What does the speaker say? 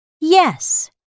yes